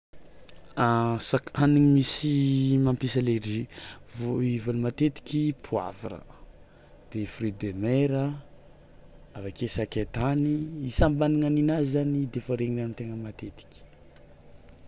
Sak- hanigny misy mampisy allergie vo- i voany matetiky poavra de fruits de mer a, avy ake sakay tany, samby managna ninazy zany de fao regny ihany tegna matetiky.